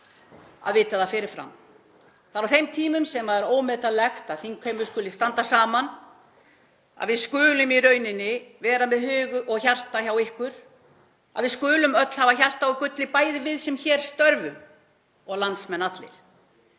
að vita það fyrir fram. Það er á þeim tímum sem er ómetanlegt að þingheimur skuli standa saman, að við skulum vera með hug og hjarta hjá ykkur, að við skulum öll hafa hjarta úr gulli, bæði við sem hér störfum og landsmenn allir.